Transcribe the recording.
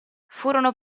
furono